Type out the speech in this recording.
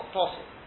possible